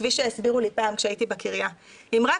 כפי שהסבירו לי פעם כשהייתי בקריה אם רק